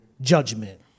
Judgment